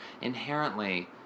inherently